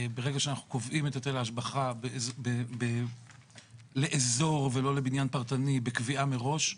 ברגע שאנחנו קובעים את היטל ההשבחה לאזור ולא לבניין פרטני בקביעה מראש,